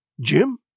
Jim